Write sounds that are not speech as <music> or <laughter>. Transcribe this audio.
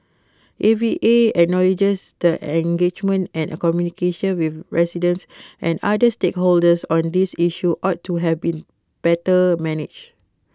A V A acknowledges that engagement and <hesitation> communication with residents and other stakeholders on this issue ought to have been better manage